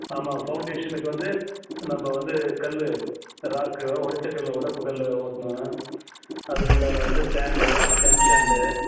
ஆமாம் ஃபௌண்டேஷனுக்கு வந்து நம்ம வந்து கல்லு ராக்கு இதெல்லாம் உடச்சக்கல்லு ஒடப்பு கல்ல ஓட்டணும் அதுக்குண்டான வந்து சேண்டு எம் சேண்டு வந்து